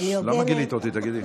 למה גילית אותי, תגידי?